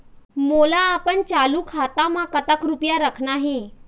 मोला अपन चालू खाता म कतक रूपया रखना हे?